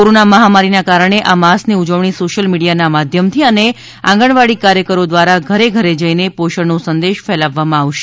corona મહામારીને કારણે આ માસની ઉજવણી સોશિયલ મિડીયાના માધ્યમથી અને આંગણવાડી કાર્યકરો દ્રારા ઘરે ઘરે જઈને પોષણનો સંદેશ ફેલાવવામાં આવશે